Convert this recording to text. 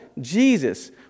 Jesus